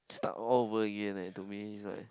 start all over again eh to me it's like